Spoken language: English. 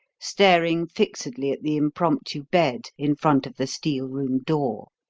staring fixedly at the impromptu bed in front of the steel-room door.